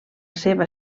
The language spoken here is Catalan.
seva